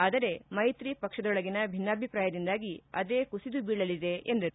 ಆದರೆ ಮೈತ್ರಿ ಪಕ್ಷದೊಳಗಿನ ಭಿನ್ನಾಭಿಪ್ರಾಯದಿಂದಾಗಿ ಅದೇ ಕುಸಿದು ಬೀಳಲಿದೆ ಎಂದರು